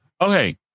okay